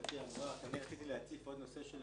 לקופת המדינה, ואני תמיד שם,